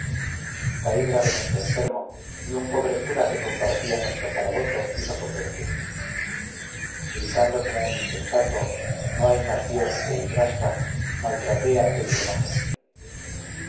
caí gravemente enfermo y un pobre cura que compartía nuestro calabozo quiso convertirme gritando como un insensato no hay más dios que ibrascha maltraté a aquel buen hombre